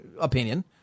opinion